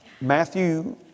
Matthew